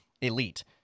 elite